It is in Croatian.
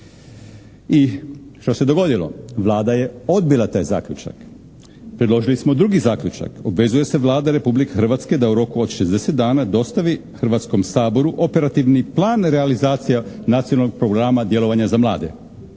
I šta se dogodilo? Vlada je odbila taj zaključak. Predložili smo drugi zaključak: obvezuje se Vlada Republike Hrvatske da u roku od 60 dana dostavi Hrvatskom saboru operativni plan realizacija Nacionalnog programa djelovanja za mlade.